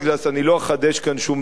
אני לא אחדש כאן שום דבר.